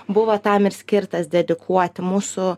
buvo tam ir skirtas dedikuoti mūsų